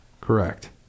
Correct